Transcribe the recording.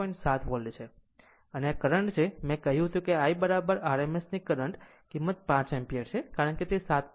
અને આ કરંટ છે મેં કહ્યું I rms ની કરંટ કિંમત 5 એમ્પીયર છે કારણ કે તે 7